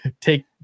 take